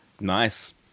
Nice